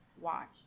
Watch